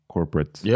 Corporate